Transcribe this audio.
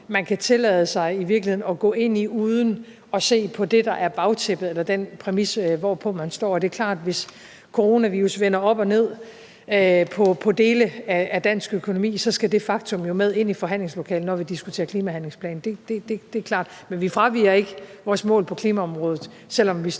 man kan tillade sig at gå ind i uden at se på det, der er bagtæppet, eller den præmis, hvorpå man står. Og det er klart, at hvis coronavirus vender op og ned på dele af dansk økonomi, skal det faktum jo med ind i forhandlingslokalet, når vi diskuterer klimahandlingsplan. Det er klart. Men vi fraviger ikke vores mål på klimaområdet, selv om vi